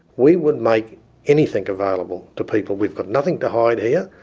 we would make anything available to people. we've got nothing to hide here.